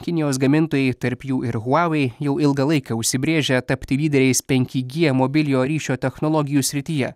kinijos gamintojai tarp jų ir huawei jau ilgą laiką užsibrėžę tapti lyderiais penki g mobiliojo ryšio technologijų srityje